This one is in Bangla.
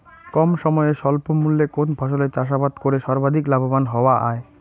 কম সময়ে স্বল্প মূল্যে কোন ফসলের চাষাবাদ করে সর্বাধিক লাভবান হওয়া য়ায়?